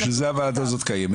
בשביל זה הוועדה הזאת קיימת,